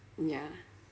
ya